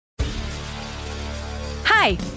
Hi